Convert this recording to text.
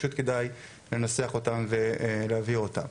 פשוט כדאי לנסח אותם ולהעביר אותם.